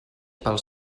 pel